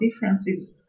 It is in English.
differences